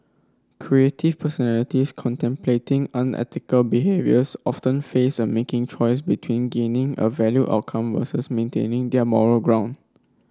creative personalities contemplating unethical behaviours often face making a choice between gaining a valued outcome versus maintaining their moral ground